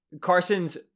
carson's